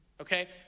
okay